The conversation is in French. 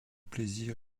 plaisir